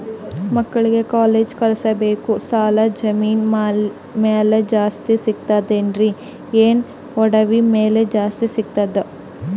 ಮಕ್ಕಳಿಗ ಕಾಲೇಜ್ ಕಳಸಬೇಕು, ಸಾಲ ಜಮೀನ ಮ್ಯಾಲ ಜಾಸ್ತಿ ಸಿಗ್ತದ್ರಿ, ಏನ ಒಡವಿ ಮ್ಯಾಲ ಜಾಸ್ತಿ ಸಿಗತದ?